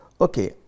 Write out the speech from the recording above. Okay